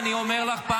אני אחזור על מה